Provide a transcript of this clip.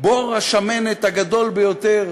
בור השמנת הגדול ביותר